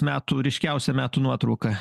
metų ryškiausia metų nuotrauka